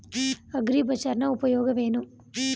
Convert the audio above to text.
ಅಗ್ರಿಬಜಾರ್ ನ ಉಪಯೋಗವೇನು?